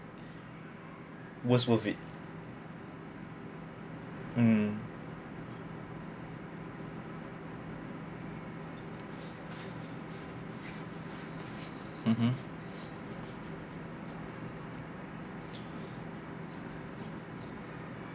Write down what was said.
was worth it mm mmhmm